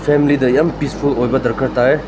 ꯐꯦꯃꯤꯂꯤꯗ ꯌꯥꯝ ꯄꯤꯁꯐꯨꯜ ꯑꯣꯏꯕ ꯗꯔꯀꯥꯔ ꯇꯥꯏ